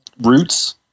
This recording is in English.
roots